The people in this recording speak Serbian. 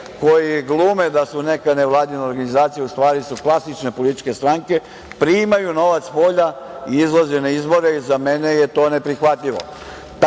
koji glume da su neka nevladina organizacija, u stvari su klasične političke stranke, primaju novac spolja i izlaze na izbore. Za mene je to neprihvatljivo. Takve